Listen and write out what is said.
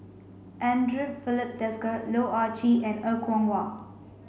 Andre Filipe Desker Loh Ah Chee and Er Kwong Wah